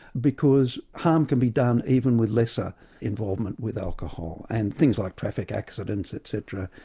because harm can be done even with lesser involvement with alcohol. and things like traffic accidents etc.